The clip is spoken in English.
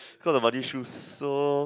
cause of muddy shoes so